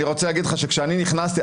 אני רוצה להגיד לך שכשאני נכנסתי,